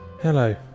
Hello